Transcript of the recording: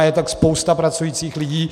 Je to spousta pracujících lidí.